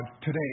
today